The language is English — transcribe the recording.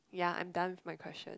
ya I am done with my question